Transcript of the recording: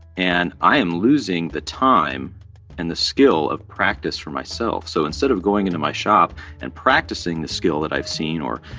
and i am losing the time and the skill of practice for myself. so instead of going into my shop and practicing the skill that i've seen or,